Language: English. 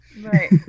Right